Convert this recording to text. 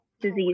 disease